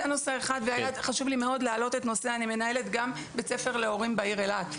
אני גם מנהלת בית ספר להורים בעיר אילת.